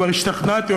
כבר השתכנעתי,